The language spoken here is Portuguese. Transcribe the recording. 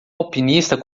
alpinista